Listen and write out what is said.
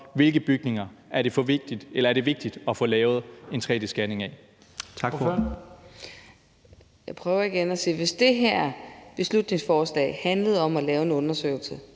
hvilke bygninger det er vigtigt at få lavet en tre-d-scanning af.